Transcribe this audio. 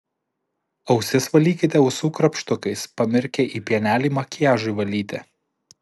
ausis valykite ausų krapštukais pamirkę į pienelį makiažui valyti